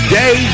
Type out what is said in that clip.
day